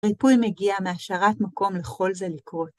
ריפוי מגיע מהשארת מקום לכל זה לקרות.